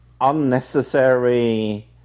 unnecessary